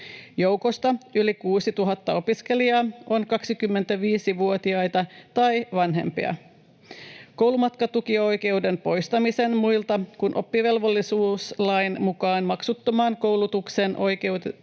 Joukosta yli 6 000 opiskelijaa on 25-vuotiaita tai vanhempia. Koulumatkatukioikeuden poistamisen muilta kuin oppivelvollisuuslain mukaan maksuttomaan koulutukseen oikeutetuilta